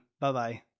bye-bye